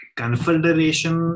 confederation